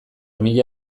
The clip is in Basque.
mila